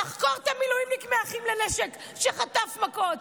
תחקור את המילואימניק מאחים לנשק שחטף מכות.